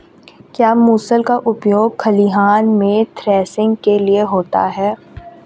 क्या मूसल का उपयोग खलिहान में थ्रेसिंग के लिए होता है?